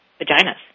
vaginas